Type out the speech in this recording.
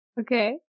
Okay